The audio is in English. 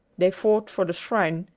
they fought for the shrine,